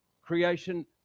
Creation